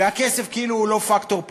והכסף הוא כאילו לא פקטור פה.